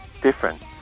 different